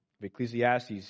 Ecclesiastes